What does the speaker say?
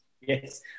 Yes